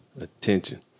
Attention